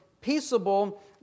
peaceable